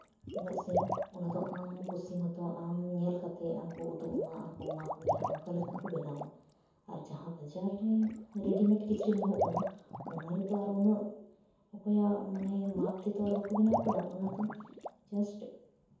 ᱪᱮᱫᱟᱜ ᱥᱮ ᱚᱱᱟ ᱫᱚ ᱟᱢ ᱠᱩᱥᱤ ᱢᱚᱛᱳ ᱟᱢ ᱧᱮᱞ ᱠᱟᱛᱮᱫ ᱩᱱᱠᱩ ᱩᱫᱩᱜ ᱟᱢᱟ ᱟᱢ ᱠᱚ ᱢᱟᱯ ᱢᱮᱭᱟ ᱚᱱᱠᱟ ᱞᱮᱠᱟ ᱠᱚ ᱵᱮᱱᱟᱣᱟ ᱟᱨ ᱡᱟᱦᱟᱸ ᱵᱟᱡᱟᱨ ᱨᱮ ᱨᱮᱰᱤᱢᱮᱰ ᱠᱤᱪᱨᱤᱡ ᱧᱟᱢᱚᱜ ᱠᱟᱱᱟ ᱚᱱᱟ ᱨᱮᱛᱚ ᱩᱱᱟᱹᱜ ᱚᱠᱚᱭᱟᱜ ᱢᱟᱱᱮ ᱢᱟᱯ ᱛᱮᱫᱚ ᱟᱨ ᱵᱟᱠᱚ ᱵᱮᱱᱟᱣ ᱠᱟᱫᱟ ᱚᱱᱟ ᱫᱚ ᱡᱟᱥᱴ